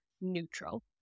neutral